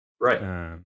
Right